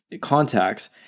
contacts